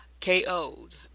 KO'd